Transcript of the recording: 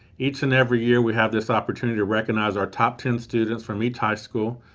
each and every year, we have this opportunity to recognize our top ten students from each high school.